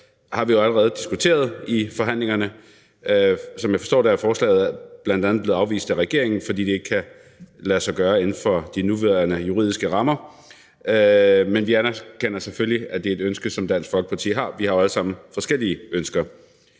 her, har vi allerede diskuteret i forhandlingerne. Som jeg forstår det, er forslaget bl.a. blevet afvist af regeringen, fordi det ikke kan lade sig gøre inden for de nuværende juridiske rammer, men vi anerkender selvfølgelig, at det er et ønske, som Dansk Folkeparti har. Vi har jo alle sammen forskellige ønsker.